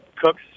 Cooks